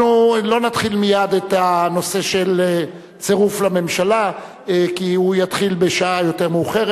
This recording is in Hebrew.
אנחנו לא נתחיל מייד את הנושא של צירוף לממשלה כי הוא יתחיל יותר מאוחר.